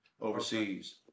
overseas